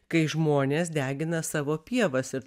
kai žmonės degina savo pievas ir